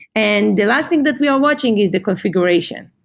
and last thing that we are watching is the configuration.